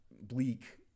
Bleak